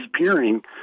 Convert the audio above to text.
disappearing